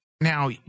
Now